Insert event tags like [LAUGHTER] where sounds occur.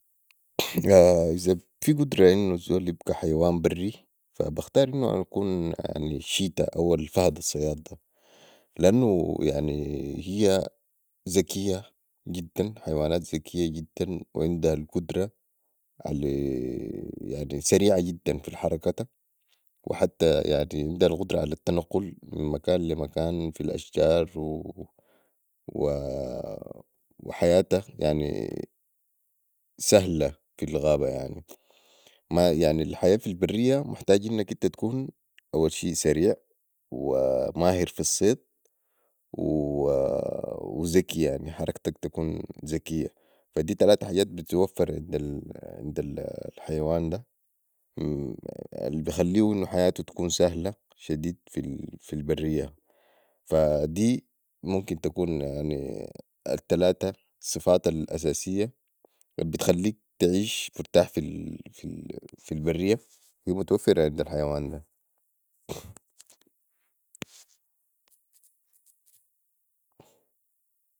إذا في قدره انو الزول يبقي حيوان بري فبختار انو أنا اكون شيتا او الفهد الصياد ده لأنو يعني هي زكيه جدا حيوانات زكيه جدا وعندها القدرة علي [HESITATION] سريعة جدا في حركتا وحتي عندها القدره علي التنقل من مكان لي مكان في الاشجار وحياتا يعني سهلا في الغابة يعني الحياة في البرية محتاجه انك أنت تكون اول شي سريع وماهر في الصيد وزكي يعني حركتك تكون زكيه فا دي تلاته حجات بتتوفر عند الحيوان ده البخليهو انو حياتو تكون سهلا شديد في البرية فا دي ممكن تكون يعني التلاته صفات الاساسية البتخليك تعيش في البرية وهي متوفرة عند الحيوان ده